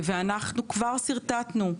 אנחנו כבר שרטטנו.